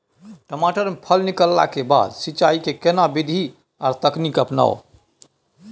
टमाटर में फल निकलला के बाद सिंचाई के केना विधी आर तकनीक अपनाऊ?